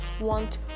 want